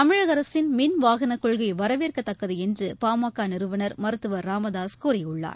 தமிழக அரசின் மின் வாகன கொள்கை வரவேற்கத்தக்கது என்று பாமக நிறுவனர் மருத்துவர் ச ராமதாசு கூறியுள்ளார்